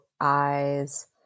eyes